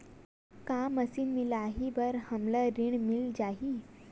का मशीन मिलही बर हमला ऋण मिल जाही?